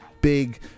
big